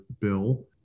Bill